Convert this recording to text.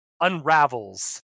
unravels